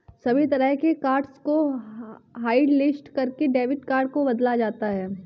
सभी तरह के कार्ड्स को हाटलिस्ट करके डेबिट कार्ड को बदला जाता है